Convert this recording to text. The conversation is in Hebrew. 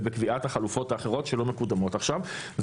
ובקביעת החלופות האחרות שלא מקודמות עכשיו.